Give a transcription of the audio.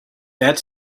that